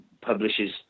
publishes